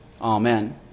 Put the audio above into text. Amen